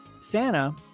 Santa